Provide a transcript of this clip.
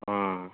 ஆ